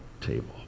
table